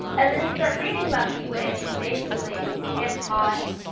and then you start reading about heat waves. and basically, it gets hot.